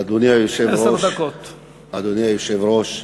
אדוני היושב-ראש,